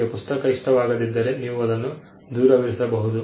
ನಿಮಗೆ ಪುಸ್ತಕ ಇಷ್ಟವಾಗದಿದ್ದರೆ ನೀವು ಅದನ್ನು ದೂರವಿರಿಸಬಹುದು